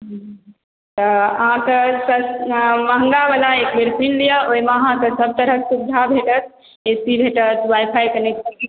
तऽ अहाँके एकटा महँगा बला यऽ ओहि मे अहाँकेॅं सब तरहक सुविधा भेटत ए सी भेटत वाई फाई कनेक्ट